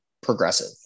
progressive